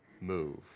move